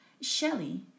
Shelley